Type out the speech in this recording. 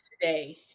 today